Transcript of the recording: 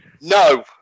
No